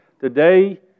Today